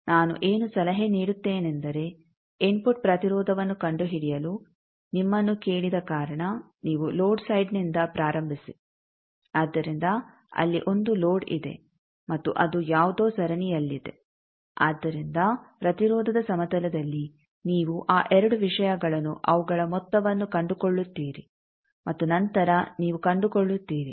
ನಾನು ಏನು ಸಲಹೆ ನೀಡುತ್ತೇನೆಂದರೆ ಇನ್ಫುಟ್ ಪ್ರತಿರೋಧವನ್ನು ಕಂಡುಹಿಡಿಯಲು ನಿಮ್ಮನ್ನು ಕೇಳಿದ ಕಾರಣ ನೀವು ಲೋಡ್ ಸೈಡ್ನಿಂದ ಪ್ರಾರಂಭಿಸಿ ಆದ್ದರಿಂದ ಅಲ್ಲಿ ಒಂದು ಲೋಡ್ ಇದೆ ಮತ್ತು ಅದು ಯಾವುದೋ ಸರಣಿಯಲ್ಲಿದೆ ಆದ್ದರಿಂದ ಪ್ರತಿರೋಧದ ಸಮತಲದಲ್ಲಿ ನೀವು ಆ ಎರಡು ವಿಷಯಗಳನ್ನು ಅವುಗಳ ಮೊತ್ತವನ್ನು ಕಂಡುಕೊಳ್ಳುತ್ತೀರಿ ಮತ್ತು ನಂತರ ನೀವು ಕಂಡುಕೊಳ್ಳುತ್ತೀರಿ